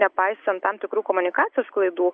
nepaisant tam tikrų komunikacijos klaidų